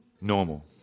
normal